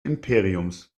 imperiums